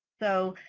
so